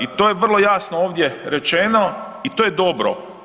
I to je vrlo jasno ovdje rečeno i to je dobro.